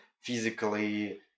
physically